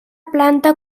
planta